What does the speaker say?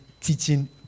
teaching